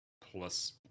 plus